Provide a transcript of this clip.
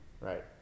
Right